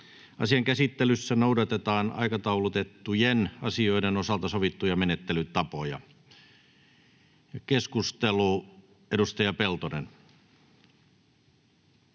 Asian käsittelyssä noudatetaan aikataulutettujen asioiden osalta sovittuja menettelytapoja. — Keskustelu alkaa.